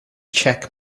check